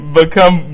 become